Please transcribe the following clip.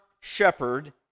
shepherd